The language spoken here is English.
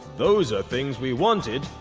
those are things we wanted,